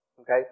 okay